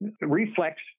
reflex